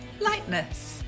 lightness